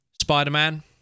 spider-man